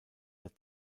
der